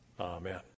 Amen